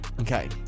Okay